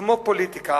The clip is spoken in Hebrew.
כמו פוליטיקה,